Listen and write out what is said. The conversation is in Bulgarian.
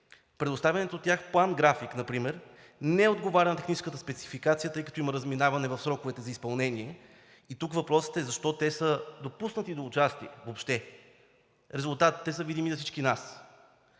предоставяният от тях план график например не отговаря на техническата спецификация, тъй като има разминаване в сроковете за изпълнение. Тук въпросът е: защо те са допуснати до участие въобще? Резултатите са видими за всички нас.